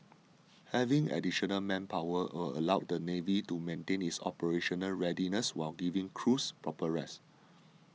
having additional manpower will allow the navy to maintain its operational readiness while giving crews proper rest